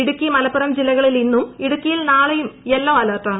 ഇടുക്കിമലപ്പുറം ജില്ലകളിൽ ഇന്നും ഇടുക്കിയിൽ നാളെയും യെല്ലോ അലർട്ടാണ്